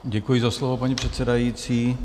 Děkuji za slovo, paní předsedající.